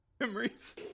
memories